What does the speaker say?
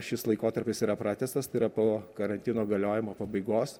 šis laikotarpis yra pratęstas tai yra po karantino galiojimo pabaigos